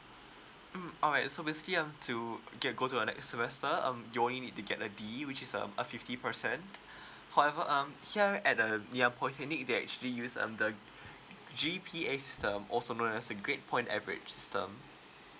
mm alright so basically you've to get go to the next semester um you only need to get a D which is um a fifty percent however um here at the nanyang polytechnic they actually use um the G_P_A system also known as a grade point average system